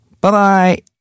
Bye-bye